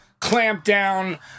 Clampdown